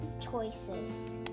choices